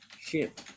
ship